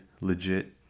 legit